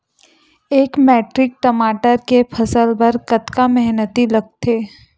एक मैट्रिक टमाटर के फसल बर कतका मेहनती लगथे?